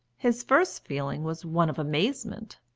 his first feeling was one of amazement,